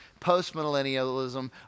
postmillennialism